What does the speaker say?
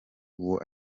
uwo